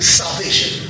salvation